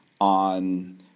on